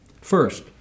First